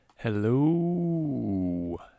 Hello